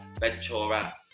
Ventura